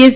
S